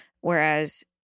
whereas